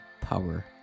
power